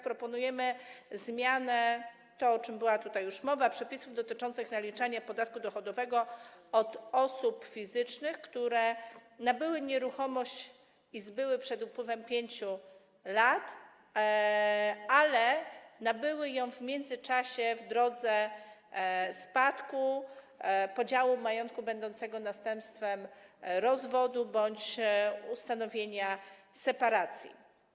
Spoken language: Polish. Proponujemy, o czym była już tutaj mowa, zmianę przepisów dotyczących naliczania podatku dochodowego od osób fizycznych, które nabyły nieruchomość i zbyły ją przed upływem 5 lat, ale nabyły ją w międzyczasie w drodze spadku, podziału majątku będącego następstwem rozwodu bądź ustanowienia separacji.